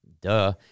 duh